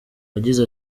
yagize